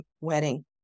wedding